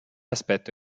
aspetto